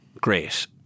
great